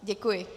Děkuji.